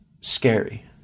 scary